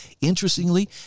interestingly